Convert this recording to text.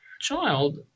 child